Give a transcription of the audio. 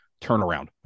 turnaround